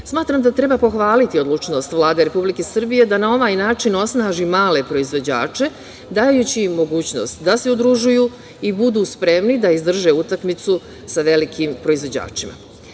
da treba pohvaliti odlučnost Vlade Republike Srbije da na ovaj način osnaži male proizvođače dajući im mogućnost da se udružuju i budu spremni da izdrže utakmicu sa velikim proizvođačima.